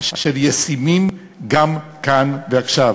אשר ישימים גם כאן ועכשיו.